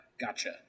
Gotcha